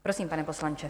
Prosím, pane poslanče.